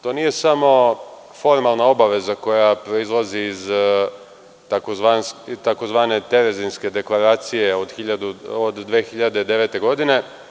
To nije samo formalna obaveza koja proizilazi iz tzv. Terezinske deklaracije od 2009. godine.